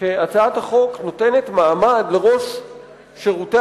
שהצעת החוק נותנת מעמד לראש שירותי